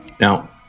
Now